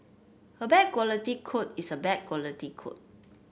a bad quality code is a bad quality code